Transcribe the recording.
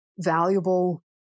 valuable